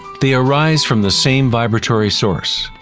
they arise from the same vibratory source.